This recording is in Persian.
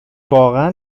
واقعا